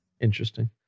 Interesting